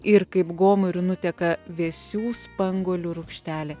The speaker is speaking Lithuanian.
ir kaip gomuriu nuteka vėsių spanguolių rūgštelė